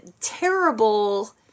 terrible